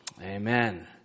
Amen